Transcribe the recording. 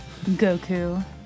Goku